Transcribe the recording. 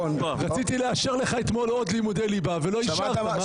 רציתי לאשר לך אתמול עוד לימודי ליבה ולא אישרת.